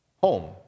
home